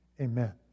amen